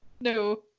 No